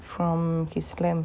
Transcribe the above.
from his lamp